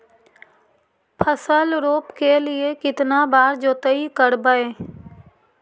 फसल रोप के लिय कितना बार जोतई करबय?